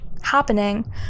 happening